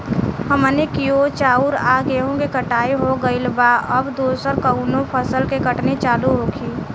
हमनी कियोर चाउर आ गेहूँ के कटाई हो गइल बा अब दोसर कउनो फसल के कटनी चालू होखि